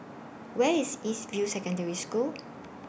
Where IS East View Secondary School